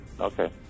Okay